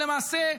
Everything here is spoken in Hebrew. ולמעשה,